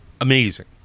amazing